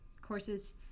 courses